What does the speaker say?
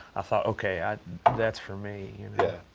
i thought, ok, i that's for me, you know? yeah.